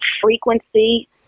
frequency